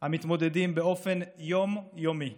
המתמודדים באופן יום-יומי